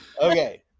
Okay